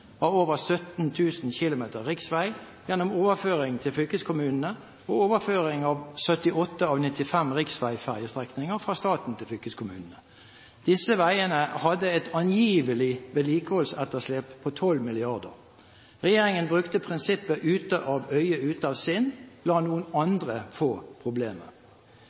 av over 17 000 km riksvei gjennom overføring til fylkeskommunene, og overføring av 78 av 95 riksveiferjestrekninger fra staten til fylkeskommune. Disse veiene hadde et angivelig vedlikeholdsetterslep på 12 mrd. kr. Regjeringen brukte prinsippet ute av øye, ute av sinn – la noen andre få